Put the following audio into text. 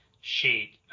sheet